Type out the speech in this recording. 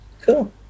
cool